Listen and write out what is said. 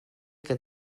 que